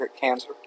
cancer